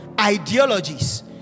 Ideologies